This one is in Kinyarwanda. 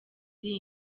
iri